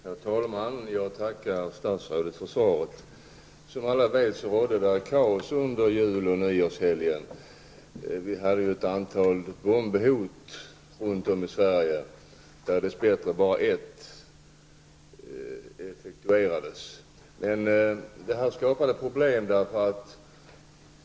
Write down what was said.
Herr talman! Jag tackar statsrådet för svaret. Som alla vet har det varit kaos under jul och nyårshelgen. Vi hade ju ett antal bombhot runt om i Sverige, av vilka dess bättre bara ett effektuerades. Det här skapade problem.